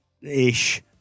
Ish